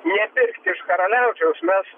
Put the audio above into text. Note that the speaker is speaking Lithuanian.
nepirkt iš karaliaučiaus mes